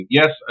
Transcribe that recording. yes